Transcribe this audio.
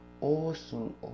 awesome